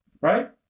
right